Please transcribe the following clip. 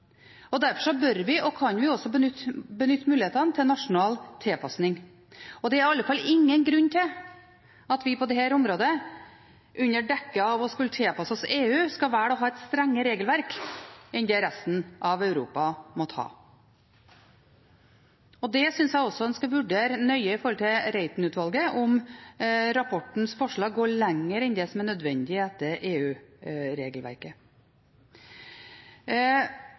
Derfor bør vi, og kan vi også, benytte mulighetene til nasjonal tilpasning. Det er i alle fall ingen grunn til at vi på dette området, under dekke av å skulle tilpasse oss EU, skal velge å ha et strengere regelverk enn det resten av Europa måtte ha. Det synes jeg også en skal vurdere nøye i forhold til Reiten-utvalget: om rapportens forslag går lenger enn det som er nødvendig etter